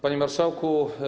Panie Marszałku!